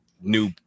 new